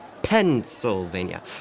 Pennsylvania